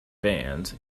bands